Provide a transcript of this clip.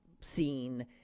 seen